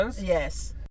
Yes